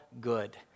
good